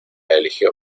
eligió